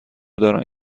دارن